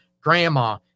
grandma